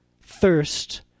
thirst